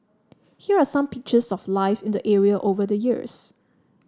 here are some pictures of life in the area over the years